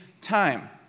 time